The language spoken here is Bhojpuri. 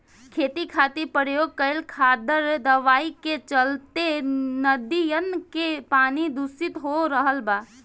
खेती खातिर प्रयोग कईल खादर दवाई के चलते नदियन के पानी दुसित हो रहल बा